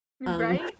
Right